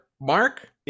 Mark